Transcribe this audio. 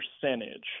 percentage